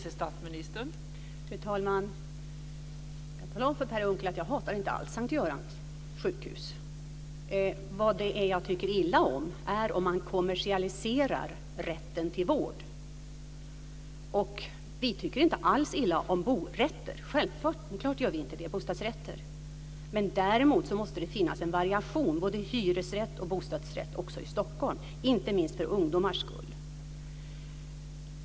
Fru talman! Jag kan tala om för Per Unckel att jag inte alls hatar Sankt Görans sjukhus. Vad jag tycker illa om är om man kommersialiserar rätten till vård. Vi tycker inte alls illa om bostadsrätter, självklart inte. Däremot måste det finnas en variation med både hyresrätter och bostadsrätter i Stockholm, inte minst för ungdomars skull.